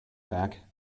back